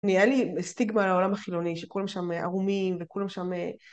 ‫נהיה לי סטיגמה על העולם החילוני, ‫שכולם שם ערומים וכולם שם...